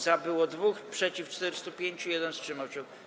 Za było 2, przeciw - 405, 1 wstrzymał się.